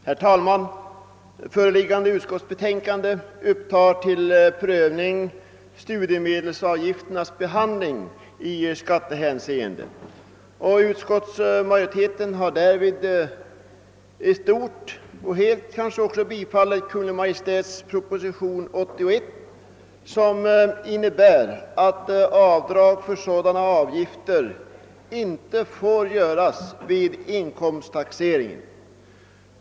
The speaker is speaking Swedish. Herr talman! Föreliggande utskottsbetänkande upptar till prövning studiemedelsavgifternas behandling i skattehänseende. <Utskottsmajoriteten har därvid tillstyrkt Kungl. Maj:ts proposition 81, som innebär att avdrag för sådana avgifter inte får göras vid inkomsttaxeringen.